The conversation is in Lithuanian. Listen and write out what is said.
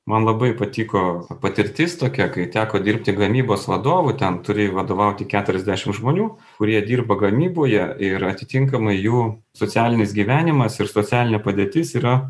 man labai patiko patirtis tokia kai teko dirbti gamybos vadovu ten turi vadovauti keturiasdešim žmonių kurie dirba gamyboje ir atitinkamai jų socialinis gyvenimas ir socialinė padėtis yra